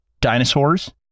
dinosaurs